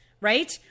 right